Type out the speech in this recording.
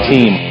Team